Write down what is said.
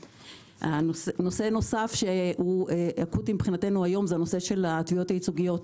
נושא נוסף ואקוטי מבחינתנו הוא נושא התביעות הייצוגיות.